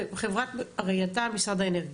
הרי אתה משרד האנרגיה,